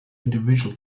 individual